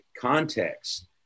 context